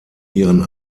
ihren